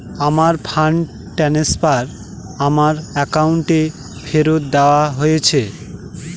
আমার fund transfer আমার অ্যাকাউন্টে ফেরত দেওয়া হয়েছে